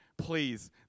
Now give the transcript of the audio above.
please